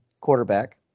quarterback